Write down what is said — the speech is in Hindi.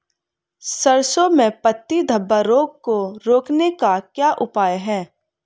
सरसों में पत्ती धब्बा रोग को रोकने का क्या उपाय है?